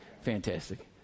fantastic